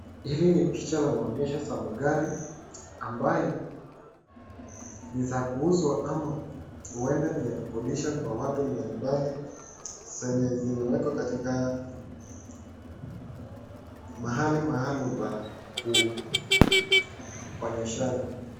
Hii ni picha la maonyesho za magari ambayo ni za kuuzwa ama hueda ni ya kukodisha watu mbalimbali zenye zimewekwa katika mahali maalum pa kuonyeshana.